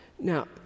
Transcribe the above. Now